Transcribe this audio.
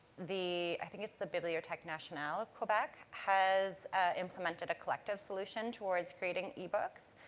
the, i think it's the bibliotheque nationale of quebec has implemented a collective solution towards creating ebooks,